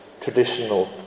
traditional